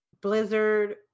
Blizzard